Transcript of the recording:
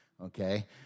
Okay